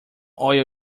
oil